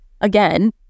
Again